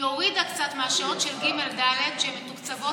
היא הורידה קצת מהשעות של ג'-ד' שמתוקצבות